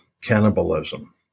cannibalism